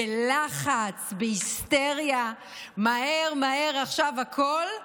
בלחץ, בהיסטריה, מהר מהר עכשיו הכול,